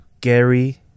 Gary